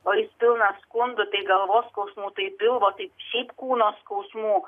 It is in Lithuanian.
o jis pilnas skundų tai galvos skausmų tai pilvo tai šiaip kūno skausmų